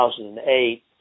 2008